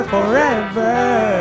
Forever